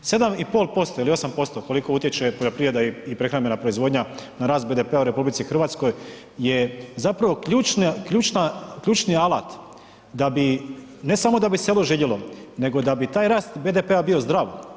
7,5% ili 8%, koliko utječe poljoprivreda i prehrambena proizvodnja na rast BDP-a u RH je zapravo ključni alat da bi, ne samo da bi se ovo željelo, nego da bi taj rast BDP-a bio zdrav.